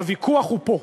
הוויכוח הוא פה,